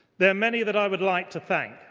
there are many that i would like to thank.